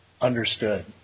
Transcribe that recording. understood